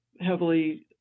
Heavily